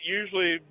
usually